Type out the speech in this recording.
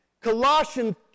Colossians